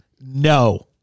no